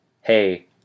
Hey